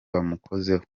bamukozeho